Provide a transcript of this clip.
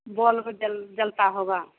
बोल्बो जल जलता होगा